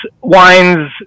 wines